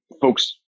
folks